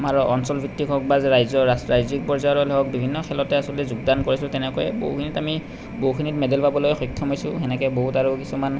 আৰু অঞ্চলভিত্তিক হওক বা ৰাইজৰ ৰাজ্যিক পৰ্য্যায়ৰ হ'লেও হওক বিভিন্ন খেলতে আচলতে যোগদান কৰিছিলোঁ তেনেকৈয়ে বহুখিনিত আমি বহুখিনিত মেডেল পাবলৈ সক্ষম হৈছোঁ সেনেকৈ বহুত আৰু কিছুমান